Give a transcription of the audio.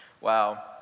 Wow